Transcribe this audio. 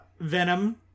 Venom